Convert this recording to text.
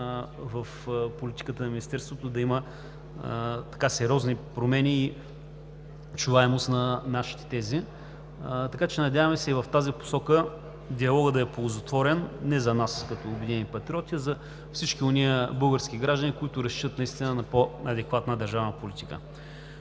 в политиката на Министерството да има сериозни промени и чуваемост на нашите тези. Надяваме се и в тази посока диалогът да е ползотворен – не за нас като „Обединени патриоти“, а за всички онези български граждани, които разчитат на по-адекватна държавна политика.